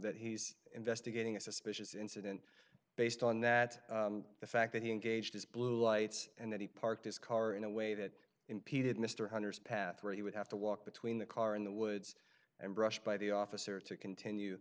that he's investigating a suspicious incident based on that the fact that he engaged his blue lights and that he parked his car in a way that impeded mr hunters path where he would have to walk between the car in the woods and brushed by the officer to continue